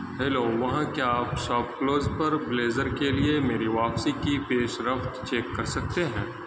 hello وہاں کیا آپ شاپ کلوز پر بلیزر کے لیے میری واپسی کی پیش رفت چیک کر سکتے ہیں